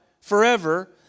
forever